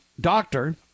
doctor